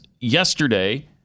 yesterday